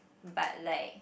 but like